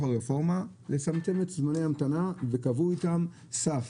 הרפורמה לצמצם את זמני ההמתנה וקבעו איתם סף,